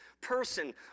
person